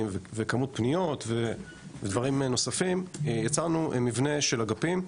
וכמות פניות ודברים נוספים - יצרנו מבנה של אגפים,